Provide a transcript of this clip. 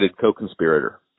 co-conspirator